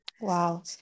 Wow